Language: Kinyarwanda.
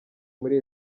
muri